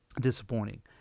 disappointing